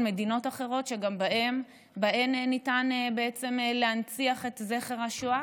מדינות אחרות שגם בהן ניתן להנציח את זכר השואה,